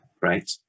right